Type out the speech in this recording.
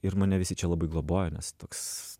ir mane visi čia labai globojo nes toks